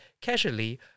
casually